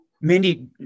Mindy